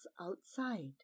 outside